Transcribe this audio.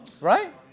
Right